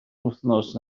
wythnos